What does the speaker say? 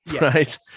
right